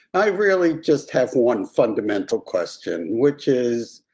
i really just have one fundamental question, which is.